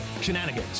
Shenanigans